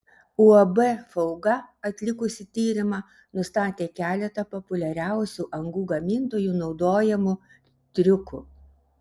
uab fauga atlikusi tyrimą nustatė keletą populiariausių angų gamintojų naudojamų triukų